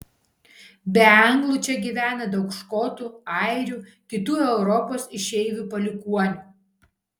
be anglų čia gyvena daug škotų airių kitų europos išeivių palikuonių